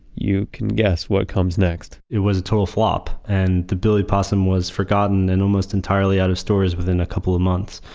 you can get what comes next it was a total flop. and the billy possum was forgotten and almost entirely out of stores within a couple of months.